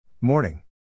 Morning